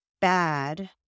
bad